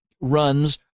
runs